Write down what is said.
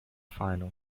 final